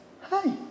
Hi